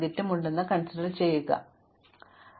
അതിനാൽ എന്റെ ചിലവിൽ ഞാൻ മൈനസ് 4 ചേർക്കുന്നത് തുടരുന്നു